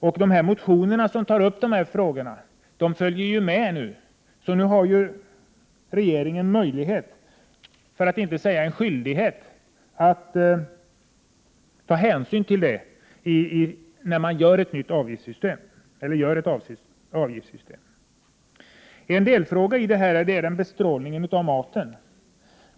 Förslagen i de motioner som handlar om dessa följer med i det sammanhanget. Regeringen har möjlighet — för att inte säga skyldighet — att ta hänsyn till dessa olika synpunkter vid utformningen av det nya avgiftssystemet. En delfråga i detta sammanhang gäller bestrålningen av maten.